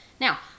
Now